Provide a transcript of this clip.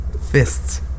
Fists